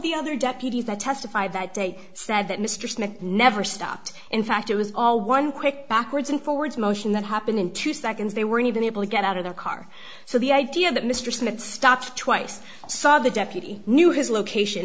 the other deputies that testified that day said that mr smith never stopped in fact it was all one quick backwards and forwards motion that happened in two seconds they weren't even able to get out of the car so the idea that mr smith stopped twice saw the deputy knew his location